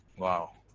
wow.